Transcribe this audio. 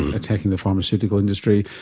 attacking the pharmaceutical industry,